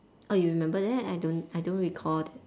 oh you remember that I don't I don't recall that